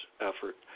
effort